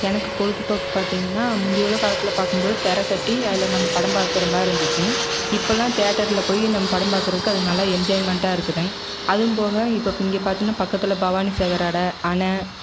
எனக்குப் பொழுதுப்போக்கு பார்த்தீங்கன்னா முந்தி உள்ள காலத்தில் பார்க்கும்போது திர கட்டி அதில் நம் படம் பார்க்கற மாதிரி இருந்துச்சிங்க இப்போலாம் தியேட்டரில் போய் நம் படம் பார்க்கறக்கு அது நல்லா என்ஜாய்மெண்ட்டாக இருக்குதுங்க அதுவும் போக இப்போ இங்கே பார்த்தீங்கன்னா பக்கத்தில் பவானி சாகர் அட அண